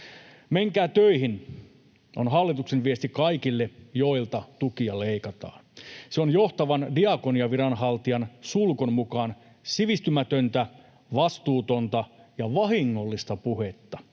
”Menkää töihin” on hallituksen viesti kaikille, joilta tukia leikataan. Se on johtavan diakoniaviranhaltija Sulkon mukaan sivistymätöntä, vastuutonta ja vahingollista puhetta.